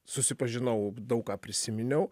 susipažinau daug ką prisiminiau